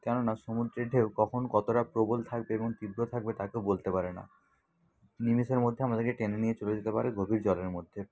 কেননা সমুদ্রের ঢেউ কখন কতোটা প্রবল থাকবে এবং তীব্র থাকবে তা কেউ বলতে পারে না নিমেষের মধ্যে আমাদেরকে টেনে নিয়ে চলে যেতে পারে গভীর জলের মধ্যে